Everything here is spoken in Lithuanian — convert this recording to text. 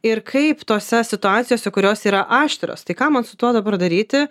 ir kaip tose situacijose kurios yra aštrios tai ką man su tuo dabar daryti